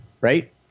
Right